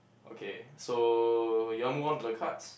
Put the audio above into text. okay so you want move on to the cards